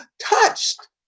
touched